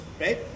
Right